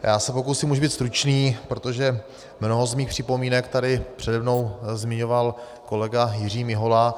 Já se pokusím už být stručný, protože mnoho z mých připomínek tady přede mnou zmiňoval kolega Jiří Mihola.